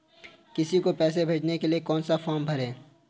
किसी को पैसे भेजने के लिए कौन सा फॉर्म भरें?